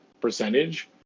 percentage